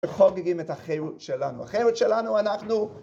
‫חוגגים את החייות שלנו. ‫החייות שלנו, אנחנו...